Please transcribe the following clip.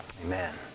Amen